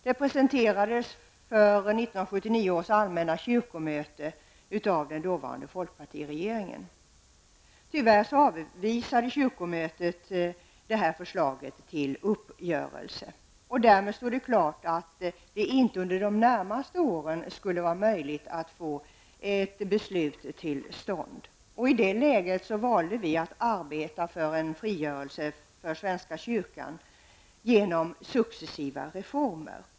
Det presenterades för 1979 års allmänna kyrkomöte av den dåvarande folkpartiregeringen. Tyvärr avvisade kyrkomötet förslaget till uppgörelse. Därmed stod det klart att det inte under de närmaste åren skulle vara möjligt att få ett beslut till stånd. I det läget valde vi att arbeta för en frigörelse för svenska kyrkan genom successiva reformer.